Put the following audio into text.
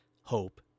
hope